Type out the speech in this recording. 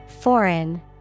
Foreign